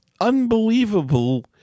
unbelievable